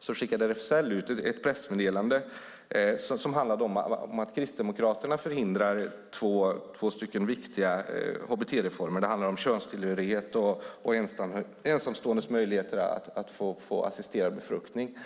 skickade RFSL ut ett pressmeddelande om att Kristdemokraterna förhindrar två viktiga hbt-reformer. Det handlar om könstillhörighet och ensamståendes möjlighet att få assisterad befruktning.